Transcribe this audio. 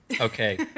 Okay